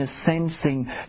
sensing